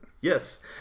Yes